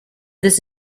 this